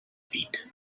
feet